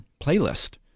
playlist